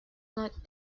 not